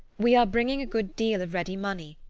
we are bringing a good deal of ready money,